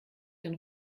den